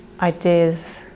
ideas